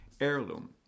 heirloom